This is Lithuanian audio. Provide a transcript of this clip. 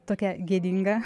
tokia gėdinga